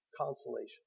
consolation